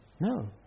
No